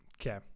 Okay